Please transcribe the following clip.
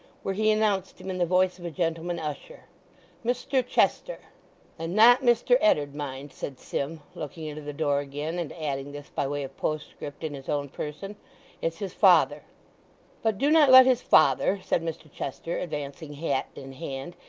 where he announced him in the voice of a gentleman-usher. mr chester and not mr ed'dard, mind said sim, looking into the door again, and adding this by way of postscript in his own person it's his father but do not let his father said mr chester, advancing hat in hand,